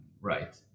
Right